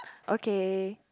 okay